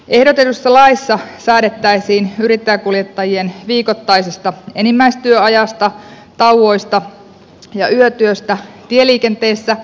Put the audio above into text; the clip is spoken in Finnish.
ehdotetussa laissa säädettäisiin yrittäjäkuljettajien viikoittaisesta enimmäistyöajasta tauoista ja yötyöstä tieliikenteessä